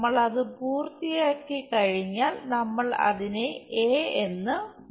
നമ്മൾ അത് പൂർത്തിയാക്കിക്കഴിഞ്ഞാൽ നമ്മൾ അതിനെ എന്ന് വിളിക്കുന്നു